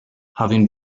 having